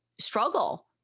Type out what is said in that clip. struggle